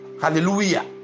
Hallelujah